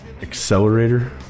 Accelerator